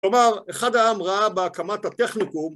כלומר, אחד העם ראה בהקמת הטכניקום